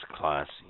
classy